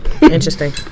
interesting